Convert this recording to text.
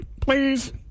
please